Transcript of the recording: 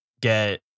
get